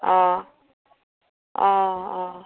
অঁ অঁ অঁ